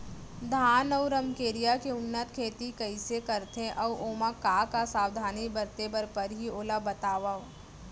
धान अऊ रमकेरिया के उन्नत खेती कइसे करथे अऊ ओमा का का सावधानी बरते बर परहि ओला बतावव?